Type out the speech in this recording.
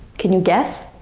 can you guess?